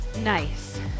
Nice